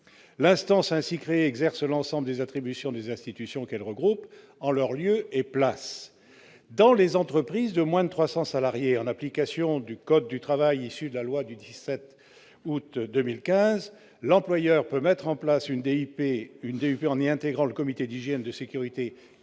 L'instance ainsi créée exerce l'ensemble des attributions des institutions qu'elle regroupe en leur lieu et place. Dans les entreprises de moins de 300 salariés, en application du code du travail issu de la loi du 17 août 2015, l'employeur peut mettre en place une DUP en y incluant le CHSCT. Mais il s'agit d'un